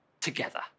together